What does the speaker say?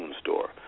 store